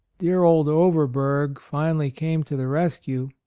dear old overberg finally came to the rescue.